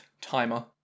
timer